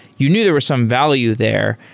you knew there was some value there.